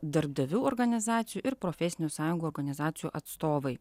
darbdavių organizacijų ir profesinių sąjungų organizacijų atstovai